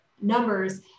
numbers